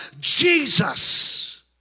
Jesus